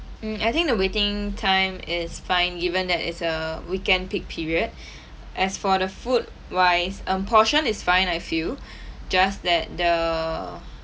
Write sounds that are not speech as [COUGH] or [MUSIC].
mm I think the waiting time is fine given that it's a weekend peak period [BREATH] as for the food wise um portion is fine I feel [BREATH] just that the